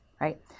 right